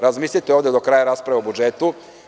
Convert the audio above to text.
Razmislite ovde do kraja rasprave o budžetu.